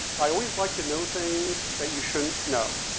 i always liked to know things that you shouldn't know.